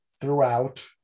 throughout